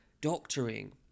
doctoring